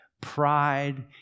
pride